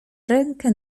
rękę